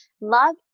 love